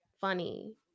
funny